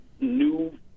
new